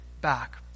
back